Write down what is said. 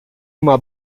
uma